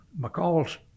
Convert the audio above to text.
McCall's